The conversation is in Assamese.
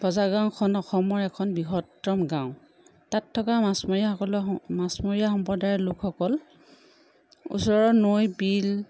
বচাগাঁওখন এখন অসমৰ বৃহত্তম গাঁও তাত থকা মাছমৰীয়াসকলৰ স মাছমৰীয়া সম্প্ৰদায়ৰ লোকসকল ওচৰৰ নৈ বিল